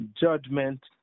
judgment